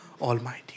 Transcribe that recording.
Almighty